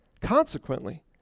Consequently